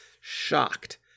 shocked